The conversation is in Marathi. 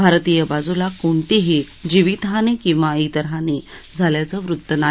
भारतीय बाजूला कोणतीही जीवितहानी किंवा इतर हानी झाल्याचं वृत्त नाही